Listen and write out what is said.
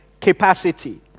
capacity